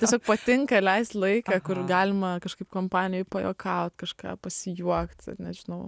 tiesiog patinka leist laiką kur galima kažkaip kompanijoj pajuokaut kažką pasijuokt nežinau